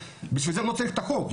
בשביל זה לא צריך את החוק,